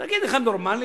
תגיד, נראה לך נורמלי?